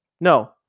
No